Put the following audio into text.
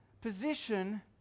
position